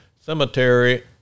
Cemetery